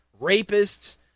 rapists